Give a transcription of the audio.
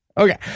Okay